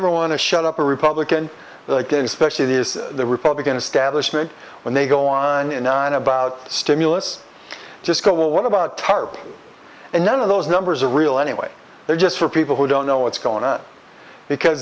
ever want to shut up a republican like inspection it is the republican establishment when they go online and nine about stimulus just go well what about tarp and none of those numbers are real anyway they're just for people who don't know what's going on because